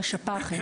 בשפ"חים,